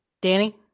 Danny